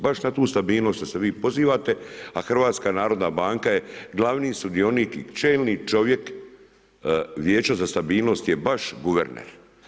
Baš na tu stabilnost što se vi pozivate a HNB je glavni sudionik i čelni čovjek Vijeća za stabilnost je baš guverner.